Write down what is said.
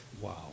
Wow